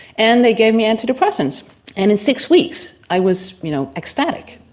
and they gave me anti-depressants and in six weeks i was you know ecstatic.